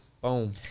Boom